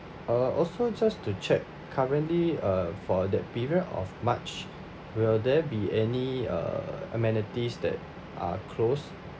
uh also just to check currently uh for that period of march will there be any uh amenities that are closed